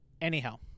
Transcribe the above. Anyhow